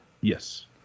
Yes